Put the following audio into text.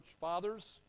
fathers